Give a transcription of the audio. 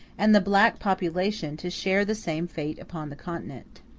and the black population to share the same fate upon the continent.